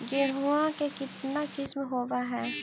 गेहूमा के कितना किसम होबै है?